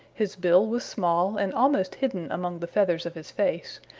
his bill was small and almost hidden among the feathers of his face,